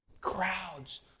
Crowds